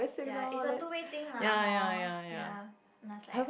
ya it's a two way thing lah hor ya must like